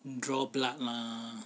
draw blood lah